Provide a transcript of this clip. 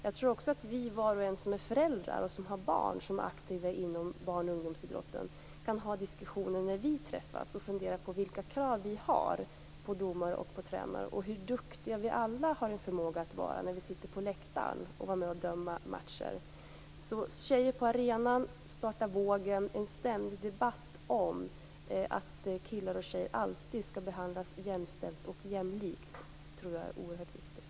Jag tror också att vi som är föräldrar och som har barn som är aktiva inom barn och ungdomsidrotten kan ha diskussioner när vi träffas och fundera på vilka krav som vi har på domare och på tränare och hur duktiga vi alla har en förmåga att vara när vi sitter på läktaren att vara med och döma matcher. Tjejer på arenan, Starta vågen och en ständig debatt om att killar och tjejer alltid skall behandlas jämställt och jämlikt tror jag är oerhört viktiga frågor.